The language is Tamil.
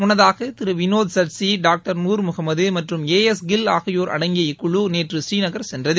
முன்னதாக திரு வினோத் சத்ஷி டாக்டர் நூர் முஹமது மற்றும் ஏ எஸ் கில் ஆகியோர் அடங்கிய இக்குழு நேற்று ஸ்ரீநகர் சென்றது